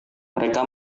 mereka